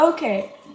Okay